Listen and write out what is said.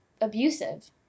abusive